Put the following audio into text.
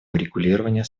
урегулирования